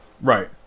right